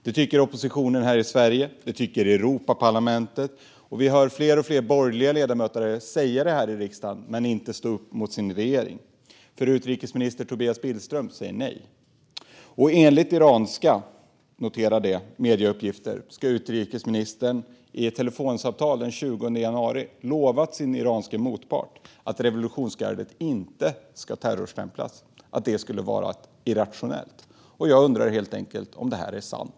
Det tycker oppositionen här i Sverige, och det tycker Europaparlamentet. Vi hör också fler och fler borgerliga ledamöter säga detta i riksdagen, dock utan att stå upp mot sin regering. Utrikesminister Tobias Billström säger nämligen nej. Enligt iranska - notera det - medieuppgifter ska utrikesministern i ett telefonsamtal den 20 januari ha lovat sin iranske motpart att revolutionsgardet inte ska terrorstämplas, att det skulle vara irrationellt. Jag undrar helt enkelt om det är sant.